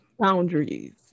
boundaries